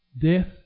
death